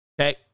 Okay